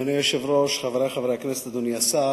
אדוני היושב-ראש, חברי חברי הכנסת, אדוני השר,